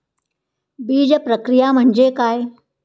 बीजप्रक्रिया म्हणजे काय?